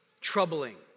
troubling